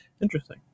Interesting